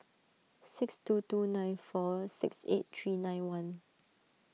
six two two nine four six eight three nine one